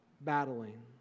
battling